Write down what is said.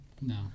No